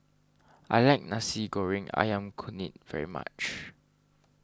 I like Nasi Goreng Ayam Kunyit very much